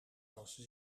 was